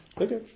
Okay